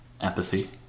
empathy